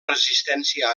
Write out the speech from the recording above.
resistència